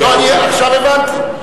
עכשיו הבנתי.